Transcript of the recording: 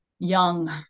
Young